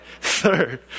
Third